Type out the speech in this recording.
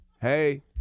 Hey